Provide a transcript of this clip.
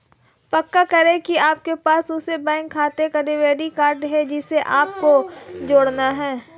पक्का करें की आपके पास उस बैंक खाते का डेबिट कार्ड है जिसे आपको जोड़ना है